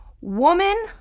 Woman